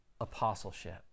apostleship